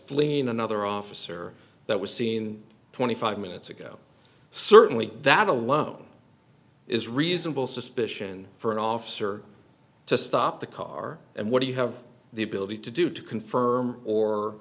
fleeing another officer that was seen twenty five minutes ago certainly that alone is reasonable suspicion for an officer to stop the car and what do you have the ability to do to confirm or